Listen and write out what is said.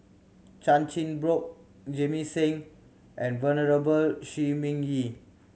Chan Chin Bock Jamit Singh and Venerable Shi Ming Yi